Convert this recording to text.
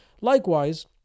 Likewise